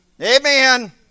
Amen